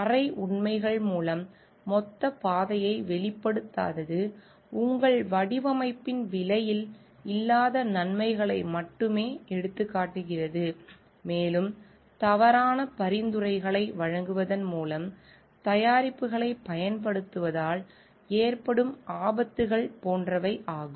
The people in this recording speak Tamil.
அரை உண்மைகள் மூலம் மொத்த பாதையை வெளிப்படுத்தாதது உங்கள் வடிவமைப்பின் விலையில் இல்லாத நன்மைகளை மட்டுமே எடுத்துக்காட்டுகிறது மேலும் தவறான பரிந்துரைகளை வழங்குவதன் மூலம் தயாரிப்புகளைப் பயன்படுத்துவதால் ஏற்படும் ஆபத்துகள் போன்றவை ஆகும்